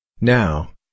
Now